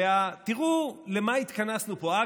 ותראו למה התכנסנו פה.